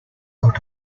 got